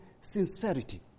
sincerity